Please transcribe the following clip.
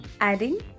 adding